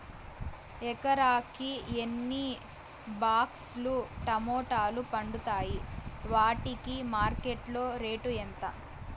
ఎకరాకి ఎన్ని బాక్స్ లు టమోటాలు పండుతాయి వాటికి మార్కెట్లో రేటు ఎంత?